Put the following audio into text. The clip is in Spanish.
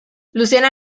luciana